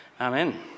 Amen